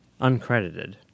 Uncredited